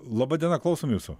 laba diena klausom jūsų